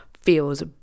feels